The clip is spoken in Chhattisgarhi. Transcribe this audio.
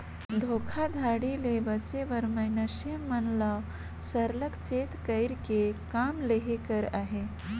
धोखाघड़ी ले बाचे बर मइनसे मन ल सरलग चेत कइर के काम लेहे कर अहे